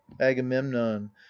agamemnon